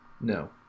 no